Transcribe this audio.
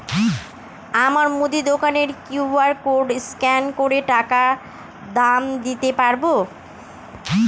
আমার মুদি দোকানের কিউ.আর কোড স্ক্যান করে টাকা দাম দিতে পারব?